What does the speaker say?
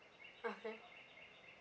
okay